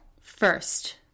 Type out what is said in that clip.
first